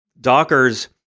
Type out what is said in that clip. Docker's